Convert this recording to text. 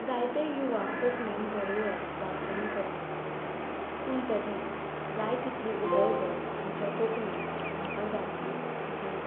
जायते युवा कोंकणींत बरोवप वाचन करतात पूण तरीय जाय तितली उदरगत आमच्या कोंकणींत म्हाका जाल्ली दिसना